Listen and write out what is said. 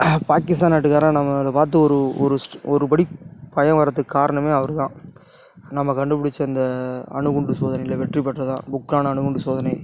பாகிஸ்தான் நாட்டுக்காரன் நம்மளை பார்த்து ஓரு ஒரு ஒரு படி பயம் வரத்துக்கு காரணமே அவர்தான் நம்ம கண்டுபிடிச்ச இந்த அணுகுண்டு சோதனையில் வெற்றிபெற்றது தான் பொக்ரான் அணுகுண்டு சோதனை